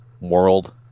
world